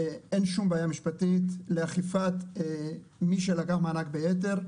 אין שום בעיה משפטית לאכיפת מי שלקח מענק ביתר.